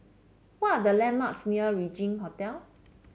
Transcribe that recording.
what are the landmarks near Regin Hotel